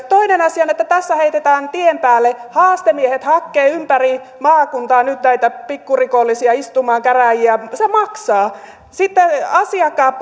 toinen asia on että tässä heitetään tien päälle haastemiehet hakemaan ympäri maakuntaa nyt näitä pikkurikollisia istumaan käräjiä se maksaa sitten asiakkaat